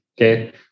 Okay